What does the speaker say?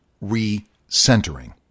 re-centering